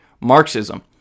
Marxism